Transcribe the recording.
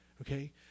Okay